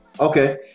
Okay